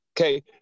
Okay